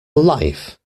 life